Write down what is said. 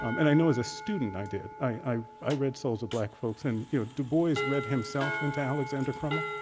um and i know as a student, i did. i i read souls of black folks, and you know dubois read himself into alexander crummell.